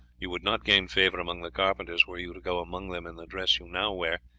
you would not gain favour among the carpenters were you to go among them in the dress you now wear,